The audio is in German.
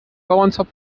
bauernzopf